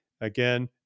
Again